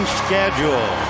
schedule